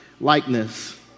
likeness